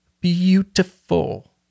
beautiful